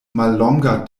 mallonga